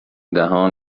دهان